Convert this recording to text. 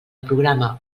programa